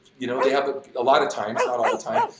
you know, they have a lot of times, not all the time,